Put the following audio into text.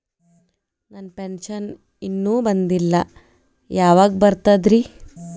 ನನ್ನ ಪೆನ್ಶನ್ ಇನ್ನೂ ಬಂದಿಲ್ಲ ಯಾವಾಗ ಬರ್ತದ್ರಿ?